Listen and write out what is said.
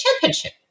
championship